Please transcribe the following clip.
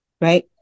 right